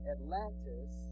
Atlantis